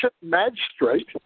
magistrate